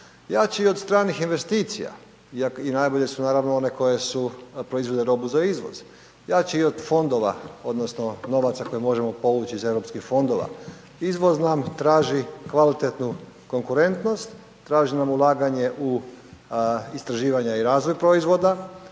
Jači i od stranih investicija i najbolje su naravno one koje su, proizvode robu za izvoz. Jači i od fondova odnosno novaca koje možemo povući iz Europskih fondova. Izvoz nam traži kvalitetnu konkurentnost, traži nam ulaganje u istraživanje i razvoj proizvoda,